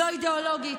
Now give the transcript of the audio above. לא אידיאולוגית,